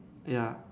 ya